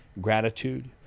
gratitude